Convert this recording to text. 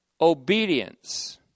obedience